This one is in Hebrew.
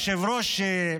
היושב-ראש,